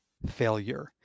failure